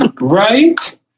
Right